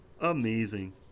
Amazing